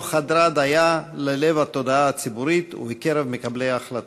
חדרה דייה ללב התודעה הציבורית ובקרב מקבלי ההחלטות.